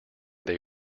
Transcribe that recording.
they